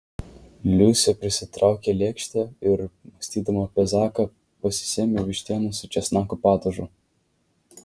liusė prisitraukė lėkštę ir mąstydama apie zaką pasisėmė vištienos su česnakų padažu